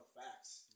facts